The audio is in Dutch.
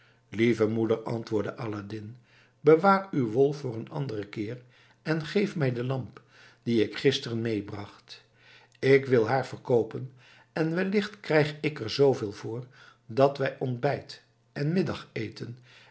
lieve moeder antwoordde aladdin bewaar uw wol voor een anderen keer en geef mij de lamp die ik gisteren meebracht ik wil haar verkoopen en wellicht krijg ik er zooveel voor dat wij ontbijt en middageten